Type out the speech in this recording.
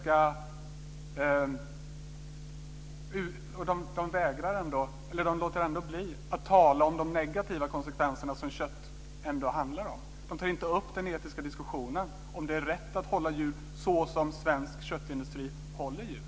Men man låter bli att tala om de negativa konsekvenserna när det gäller kött. Man tar inte upp den etiska diskussionen, om det är rätt att hålla djur på ett sådant sätt som svensk köttindustri håller djur.